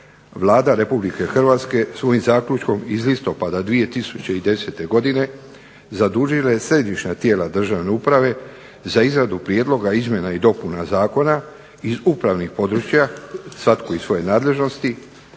Vlada Republike Hrvatske svojim zaključkom iz listopada 2010. godine zadužila je središnja tijela državne uprave za izradu prijedloga izmjena i dopuna zakona iz upravnih područja, svatko iz svoje nadležnosti,